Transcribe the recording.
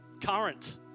current